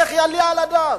איך יעלה על הדעת?